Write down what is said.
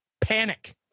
panic